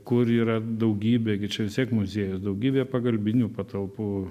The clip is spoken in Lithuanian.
kur yra daugybė gi čia vis tiek muziejus daugybė pagalbinių patalpų